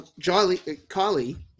Kylie